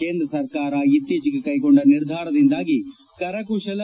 ಕೇಂದ್ರ ಸರ್ಕಾರ ಇತ್ತೀಚೆಗೆ ಕೈಗೊಂಡ ನಿರ್ಧಾರದಿಂದಾಗಿ ಕರಕುಶಲ